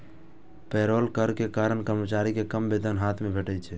payroll कर के कारण कर्मचारी कें कम वेतन हाथ मे भेटै छै